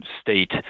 state